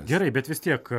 gerai bet vis tiek